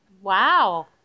Wow